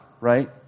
right